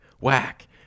whack